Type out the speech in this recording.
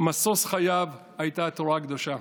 משוש חייו היה התורה הקדושה.